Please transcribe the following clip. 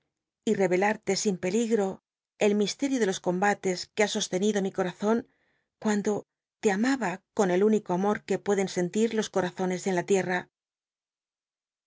y t'cyclartc si n peligro el misterio de los combates que ha sostenido mi cotazon cuando le amaba con el único amor que pueden sentir los corazones en la tierra